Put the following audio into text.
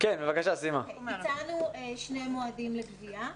‏הצענו שני מועדים לגבייה,